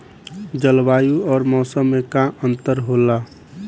जलवायु और मौसम में का अंतर होला?